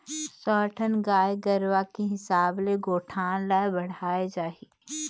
सौ ठन गाय गरूवा के हिसाब ले गौठान ल बड़हाय जाही